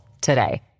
today